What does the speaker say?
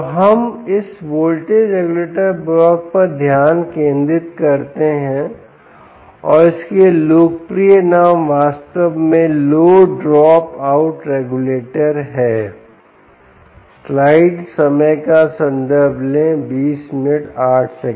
तो हम इस वोल्टेज रेगुलेटर ब्लॉक पर ध्यान केंद्रित करते हैं और इसके लिए लोकप्रिय नाम वास्तव में लो ड्रॉप आउट रेगुलेटर है